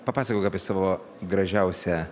papasakok apie savo gražiausią